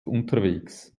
unterwegs